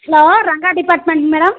hello Ranga டிப்பார்ட்மெண்ட்ங்க madam